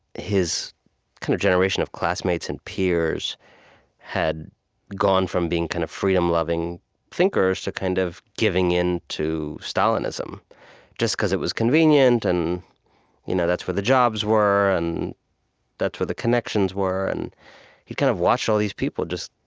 his kind of generation of classmates and peers had gone from being kind of freedom-loving thinkers to kind of giving in to stalinism just because it was convenient, and you know that's where the jobs were, and that's where the connections were. and he kind of watched all these people